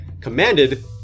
commanded